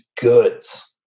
goods